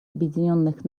объединенных